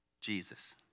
Jesus